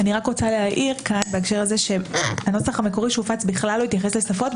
הנוסח המקורי שהופץ כלל לא התייחס לשפות.